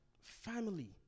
family